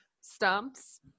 stumps